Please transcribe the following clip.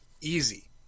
easy